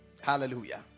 hallelujah